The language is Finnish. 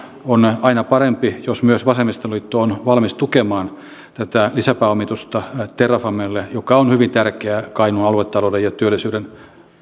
on aina parempi jos myös vasemmistoliitto on valmis tukemaan tätä lisäpääomitusta terrafamelle joka on hyvin tärkeä kainuun aluetalouden ja työllisyyden